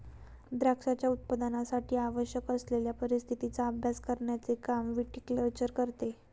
द्राक्षांच्या उत्पादनासाठी आवश्यक असलेल्या परिस्थितीचा अभ्यास करण्याचे काम विटीकल्चर करते